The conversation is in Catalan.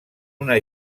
una